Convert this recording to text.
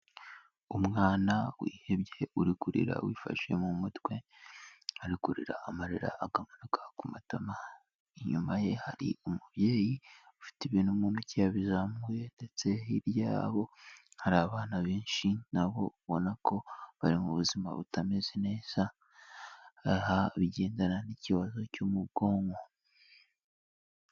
Umwana wihebye uri kurira wifashe mu mutwe, ari kurira amarira akamanuka ku matama. Inyuma ye hari umubyeyi ufite ibintu mu ntoki yabizamuye ndetse hirya yabo hari abana benshi nabo ubona ko bari mu buzima butameze neza, aha bigendana n'ikibazo cyo mu bwonko.